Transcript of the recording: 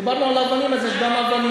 דיברנו על אבנים, אז יש גם אבנים.